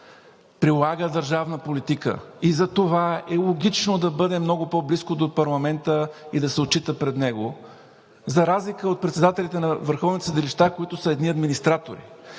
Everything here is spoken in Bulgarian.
прилага държавна политика. Затова е логично да бъде много по-близко до парламента и да се отчита пред него, за разлика от председателите на върховните съдилища, които са едни администратори.